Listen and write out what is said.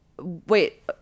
Wait